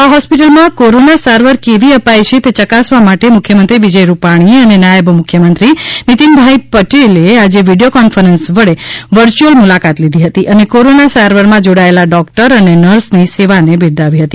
આ હોસ્પિટલમાં કોરોના સારવાર કેવી અપાય છે તે યકાસવા માટે મુખ્યમંત્રી વિજય રૂપાણી અને નાયબ મુખ્યમંત્રી નીતીનભાઈ પટેલે આજે વિડીયો કોન્ફરન્સ વડે વર્ચ્યુઅલ મુલાકાત લીધી હતી અને કોરોના સારવારમાં જોડાયેલા ડોક્ટર અને નર્સની સેવાને બિરદાવી હતી